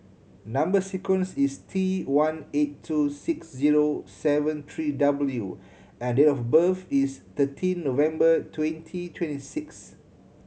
number sequence is T one eight two six zero seven three W and date of birth is thirteen November twenty twenty six